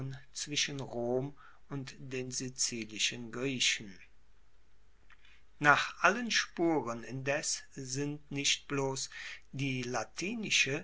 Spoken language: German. zwischen rom und den sizilischen griechen nach allen spuren indes sind nicht bloss die